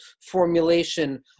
formulation